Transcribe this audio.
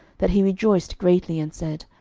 that he rejoiced greatly, and said,